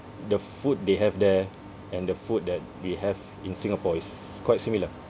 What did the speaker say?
the food they have there and the food that we have in Singapore is quite similar